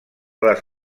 les